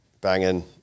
banging